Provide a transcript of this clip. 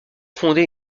fondé